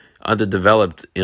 underdeveloped